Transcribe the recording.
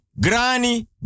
granny